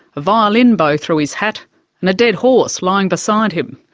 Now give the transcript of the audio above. a violin bow through his hat and a dead horse lying beside him.